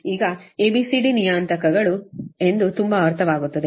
ಈಗ A B C D ನಿಯತಾಂಕಗಳು ಎಂದು ತುಂಬಾ ಅರ್ಥವಾಗುತ್ತದೆ